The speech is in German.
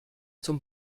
zum